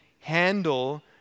handle